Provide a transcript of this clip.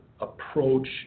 approach